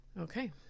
Okay